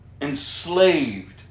enslaved